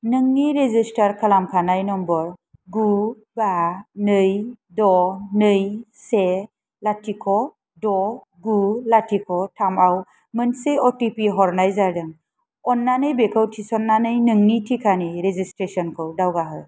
नोंनि रेजिस्टार खालामखानाय नम्बर गु बा नै द' नै से लाथिख' द' गु लाथिख' थामआव मोनसे अटिपि हरनाय जादों अननानै बेखौ थिसननानै नोंनि टिकानि रेजिस्ट्रेसनखौ दावगाहो